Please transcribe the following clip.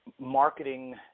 marketing